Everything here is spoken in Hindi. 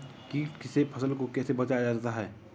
कीट से फसल को कैसे बचाया जाता हैं?